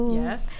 yes